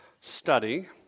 study